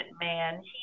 man